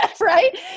right